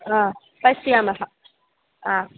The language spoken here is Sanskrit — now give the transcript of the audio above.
हा पश्यामः आ